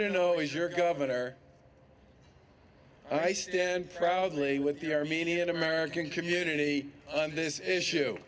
to know is your government are i stand proudly with the armenian american community and this issue